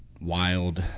wild